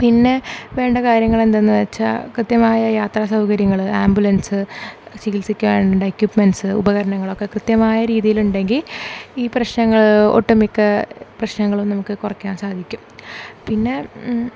പിന്നെ വേണ്ട കാര്യങ്ങൾ എന്തെന്നുവെച്ചാൽ കൃത്യമായ യാത്ര സൗകര്യങ്ങൾ ആംബുലൻസ് ചികിത്സിക്കാൻ വേണ്ട എക്യുപ്പ്മെൻസ്സ് ഉപകരണങ്ങളൊക്കെ കൃത്യമായ രീതിയിൽ ഉണ്ടെങ്കിൽ ഈ പ്രശ്നങ്ങൾ ഒട്ടുമിക്ക പ്രശ്നങ്ങളും നമുക്ക് കുറക്കാൻ സാധിക്കും പിന്നെ